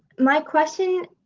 my question.